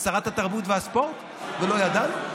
שרת התרבות והספורט ולא ידענו?